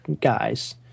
guys